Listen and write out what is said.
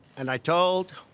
and i told